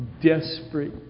desperate